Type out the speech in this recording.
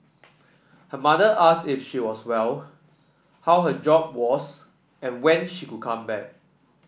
her mother asked if she was well how her job was and when she would come back